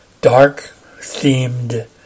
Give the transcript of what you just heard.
dark-themed